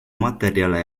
materjale